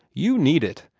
you need it.